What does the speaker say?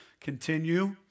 Continue